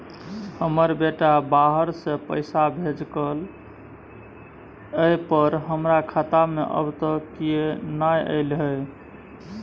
हमर बेटा बाहर से पैसा भेजलक एय पर हमरा खाता में अब तक किये नाय ऐल है?